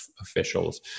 officials